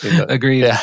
Agreed